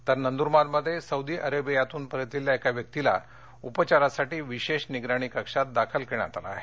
तरनंदुरबारमध्ये Saudi अरेबियातून परतलेल्या एका व्यक्तीला उपचारासाठी विशेष निगराणी कक्षात दाखल करण्यात आलं आहे